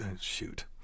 Shoot